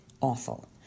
awful